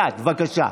בבקשה.